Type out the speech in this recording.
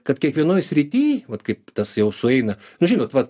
kad kiekvienoj srity vat kaip tas jau sueina nu žinot vat